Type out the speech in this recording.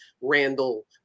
Randall